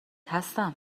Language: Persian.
هستم